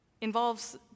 involves